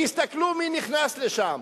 יסתכלו מי נכנס לשם.